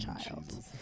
child